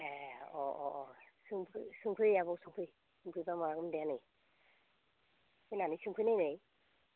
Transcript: एह अह अह अह सोंफै सोंफै आब' सोंफै सोंफैबा माबागोनदे आनै फैनानै सोंफै नायनाय